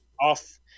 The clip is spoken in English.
off